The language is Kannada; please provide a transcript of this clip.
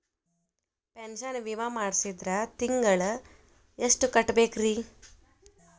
ಪೆನ್ಶನ್ ವಿಮಾ ಮಾಡ್ಸಿದ್ರ ತಿಂಗಳ ಎಷ್ಟು ಕಟ್ಬೇಕ್ರಿ?